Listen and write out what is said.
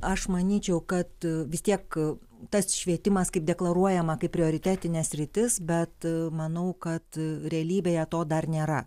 aš manyčiau kad vis tiek tas švietimas kaip deklaruojama kaip prioritetinė sritis bet manau kad realybėje to dar nėra